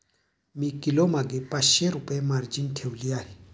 मी किलोमागे पाचशे रुपये मार्जिन ठेवली आहे